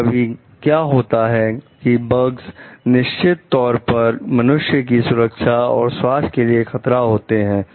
कभी कभी क्या होता है कि बगस निश्चित तौर पर मनुष्य की सुरक्षा और स्वास्थ्य के लिए खतरा होते हैं